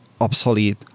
obsolete